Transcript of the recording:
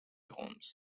homes